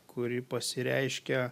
kuri pasireiškia